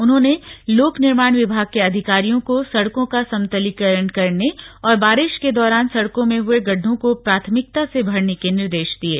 उन्होंने लोक निर्माण विभाग के अधिकारियों को सड़कों का समतलीकरण करने और बारिश के दौरान सड़को में हए गड़ढों को प्राथमिकता से भरने के निर्देश दिये